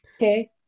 Okay